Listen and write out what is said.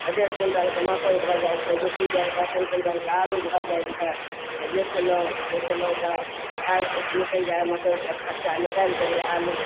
तऽ डेढ़ क्विंटलके मकइ भऽ जाइ छै दू क्विंटलके तीन क्विंटलके आलू भऽ जाइ छै तऽ बेचलहुँ बेचलहुँ तऽ पाइ किछु निकलि जाइ हइ मकइके खर्चा निकालि दै हइ आलू